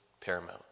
paramount